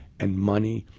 and money,